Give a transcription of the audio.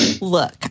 look